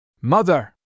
Mother